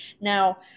Now